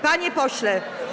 Panie pośle!